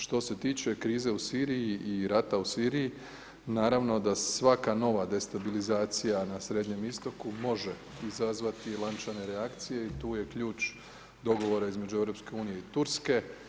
Što se tiče krize u Siriji i rata u Siriji, naravno da svaka nova destabilizacija na Srednjem Istoku može izazvati lančane reakcij4e i tu je ključ dogovora između EU i Turske.